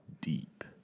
DEEP